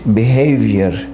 behavior